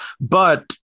But-